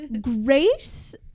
Grace